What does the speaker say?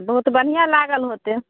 बहुत बढ़िआँ लागल होतै